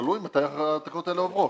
תלוי מתי התקנות האלה עוברות.